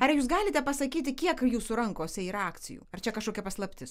ar jūs galite pasakyti kiek jūsų rankose yra akcijų ar čia kažkokia paslaptis